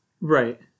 Right